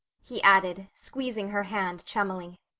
he added, squeezing her hand chummily.